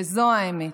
וזו האמת.